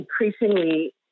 increasingly